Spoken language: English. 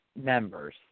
members